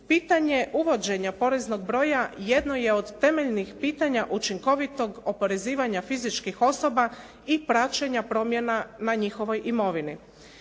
Pitanje uvođenja poreznog broja jedno je od temeljnih pitanja učinkovitog oporezivanja fizičkih osoba i praćenja promjena na njihovoj imovini.